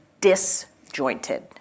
disjointed